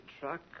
truck